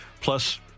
plus